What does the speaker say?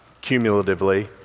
cumulatively